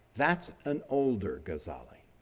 that's an older ghazali.